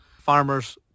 farmers